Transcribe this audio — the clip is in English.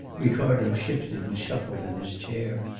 ricardo shifted and shuffled in his chair.